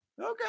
okay